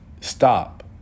stop